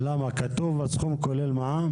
למה, כתוב הסכום כולל מע"מ?